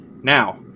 Now